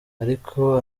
ariko